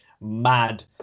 mad